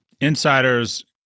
insiders